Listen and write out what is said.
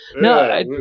No